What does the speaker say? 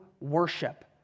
worship